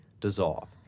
dissolve